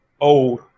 old